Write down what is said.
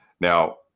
Now